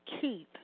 Keith